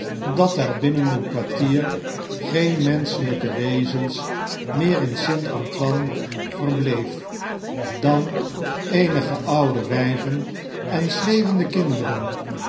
dat er binnen een kwartier geen men j scheljjk wezen meer in st antoine verbleef dan eenige oude wjjven en schreeuwende kin